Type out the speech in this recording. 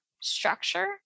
structure